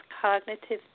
cognitive